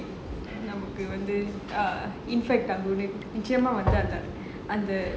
நமக்கு வந்து:namakku vanthu infect ஆகும்:aagum like நிச்சயமா வந்து அந்த அந்த:nichayamaa vanthu antha antha